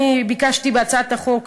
אני ביקשתי בהצעת החוק,